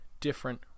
different